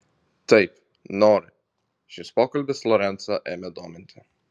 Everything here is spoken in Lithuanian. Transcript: taip nori šis pokalbis lorencą ėmė dominti